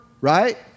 right